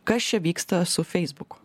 kas čia vyksta su feisbuku